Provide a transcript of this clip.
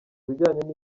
bijyanye